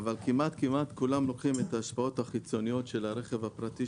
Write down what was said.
אבל כמעט כולם לוקחים את ההשפעות החיצוניות של הרכב הפרטי,